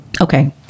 okay